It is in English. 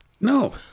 No